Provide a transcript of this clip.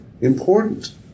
important